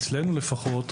אצלנו לפחות,